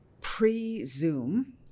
pre-Zoom